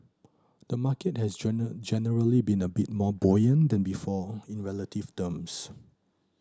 the market has generally been a bit more buoyant than before in relative terms